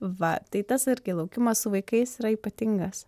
va tai tas irgi laukimas su vaikais yra ypatingas